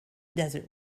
desert